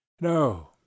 No